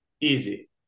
Easy